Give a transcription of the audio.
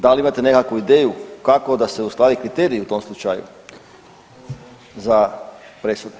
Da li imate nekakvu ideju kako da se usklade kriteriji u tom slučaju za presudu?